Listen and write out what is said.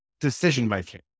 decision-making